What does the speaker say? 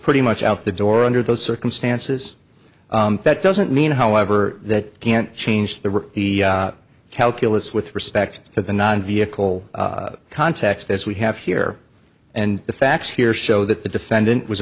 pretty much out the door under those circumstances that doesn't mean however that can't change the the calculus with respect to the non vehicle context as we have here and the facts here show that the defendant was